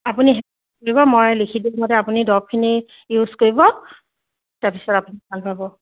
আপুনি হেৰি কৰিব মই লিখি দিয়া মতে আপুনি দৰবখিনি ইউজ কৰিব তাৰ পিছত আপুনি ভাল পাব